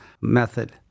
method